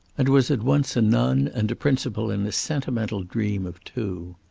and was at once a nun and a principal in a sentimental dream of two.